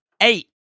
eight